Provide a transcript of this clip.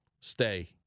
stay